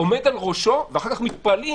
עומד על ראשו ואז מתפלאים,